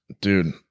dude